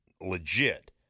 legit